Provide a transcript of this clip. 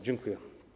Dziękuję.